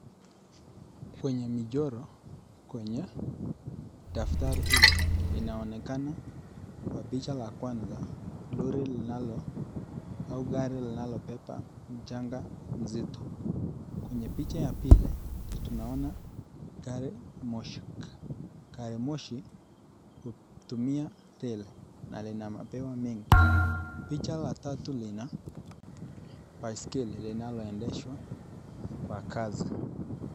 Kwenye michoro kwenye daftari hili inaonekana kwa picha la kwanza lori linalo au gari linalobeba mchanga nzito. Kwenye picha ya pili tunaona gari moshi. Gari moshi hutumia reli na lina mabewa mengi linabeba . Picha la tatu lina baiskeli linaloendeshwa kwa kasi.